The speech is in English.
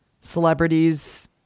celebrities